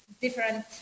different